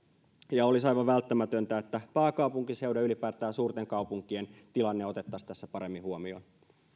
ja olisi aivan välttämätöntä että pääkaupunkiseudun ja ylipäätään suurten kaupunkien tilanne otettaisiin tässä paremmin huomioon